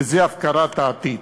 וזה הפקרת העתיד.